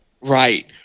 Right